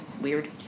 weird